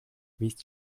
with